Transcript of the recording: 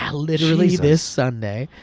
ah literally this sunday.